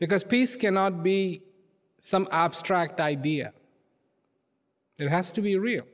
because peace cannot be some abstract idea it has to be real